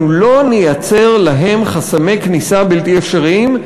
אנחנו לא נייצר להם חסמי כניסה בלתי אפשריים,